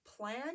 plan